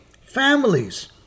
families